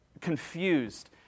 confused